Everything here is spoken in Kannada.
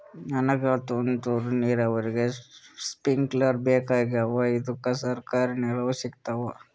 ನನಗ ತುಂತೂರು ನೀರಾವರಿಗೆ ಸ್ಪಿಂಕ್ಲರ ಬೇಕಾಗ್ಯಾವ ಇದುಕ ಸರ್ಕಾರಿ ನೆರವು ಸಿಗತ್ತಾವ?